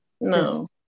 no